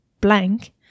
blank